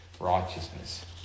Righteousness